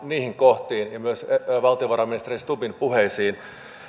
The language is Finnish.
niihin kohtiin ja myös valtiovarainministeri stubbin puheisiin